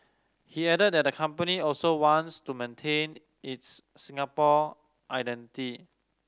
he added that the company also wants to maintain its Singaporean identity